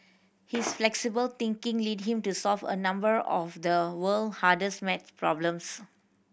his flexible thinking led him to solve a number of the world hardest maths problems